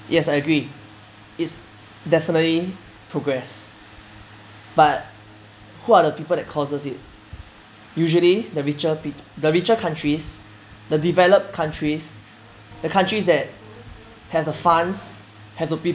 yes I agree it's definitely progress but who are the people that causes it usually the richer the richer countries the developed countries the countries that have the funds have the peo~